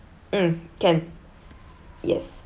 mm can yes